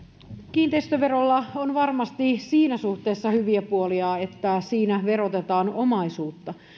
kiinteistöverolla on varmasti siinä suhteessa hyviä puolia että siinä verotetaan omaisuutta